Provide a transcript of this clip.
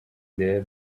there